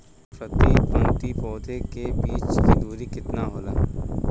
प्रति पंक्ति पौधे के बीच की दूरी केतना होला?